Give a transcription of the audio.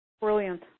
Brilliant